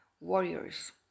warriors